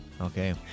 Okay